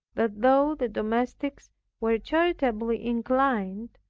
that though the domestics were charitably inclined,